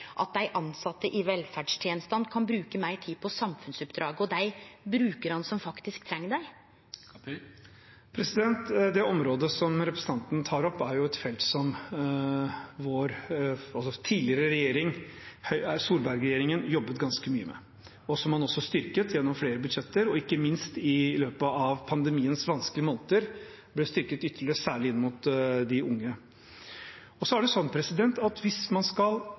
at dei tilsette i velferdstenestene kan bruke meir tid på samfunnsoppdraget og dei brukarane som faktisk treng dei? Det området representanten tar opp, er jo et felt som vår tidligere regjering, Solberg-regjeringen, jobbet ganske mye med, og som man også styrket gjennom flere budsjetter og ikke minst i løpet av pandemiens vanskelige måneder. Det ble styrket ytterligere særlig inn mot de unge. Hvis man skal levere gode tjenester, må man også vite om den kvaliteten man